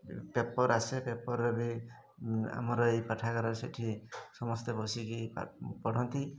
paper ଆସେ ପେପର୍ରେ ବି ଆମର ଏଇ ପାଠାଗାର ସେଠି ସମସ୍ତେ ବସିକି ପଢ଼ନ୍ତି